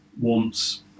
wants